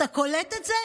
אתה קולט את זה?